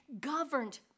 governed